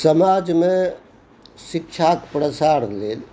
समाजमे शिक्षाके प्रसार लेल